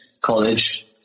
college